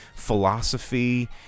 philosophy